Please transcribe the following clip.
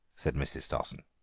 said mrs. stossen.